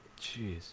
Jeez